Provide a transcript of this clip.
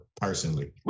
personally